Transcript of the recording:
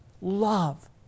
Love